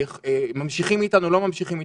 או לא ממשיכים אתן?